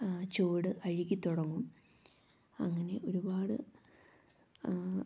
ചുവട് അഴുകി തുടങ്ങും അങ്ങനെ ഒരുപാട്